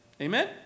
Amen